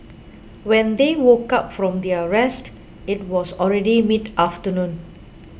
when they woke up from their rest it was already mid afternoon